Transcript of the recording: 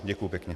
Děkuji pěkně.